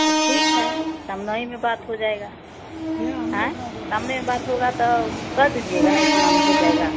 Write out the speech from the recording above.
तो ठीक है सामने ही में बात हो जाएगी आएँ सामने में बात होगी तो कह दीजिएगा ना इतना में हो जाएगा